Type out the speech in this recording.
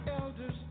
elders